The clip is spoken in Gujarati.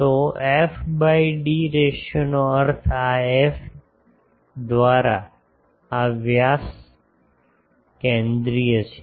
તો f બાય ડી રેશિયોનો અર્થ આ એફ દ્વારા આ વ્યાસ કેન્દ્રીય છે